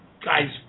Guy's